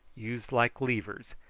used like levers,